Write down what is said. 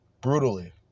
Brutally